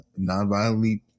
nonviolently